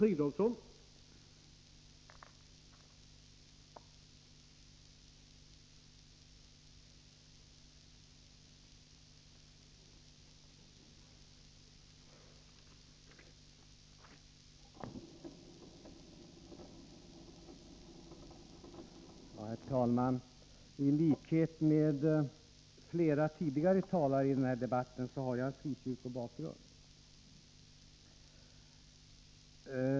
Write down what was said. Herr talman! I likhet med flera tidigare talare i debatten har jag frikyrkobakgrund.